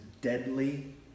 deadly